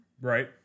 Right